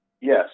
Yes